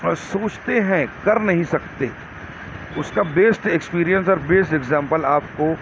سوچتے ہیں کر نہیں سکتے اس کا بیسٹ ایکسپیریئنس اور بیسٹ اکزامپل آپ کو